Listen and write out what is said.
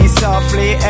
softly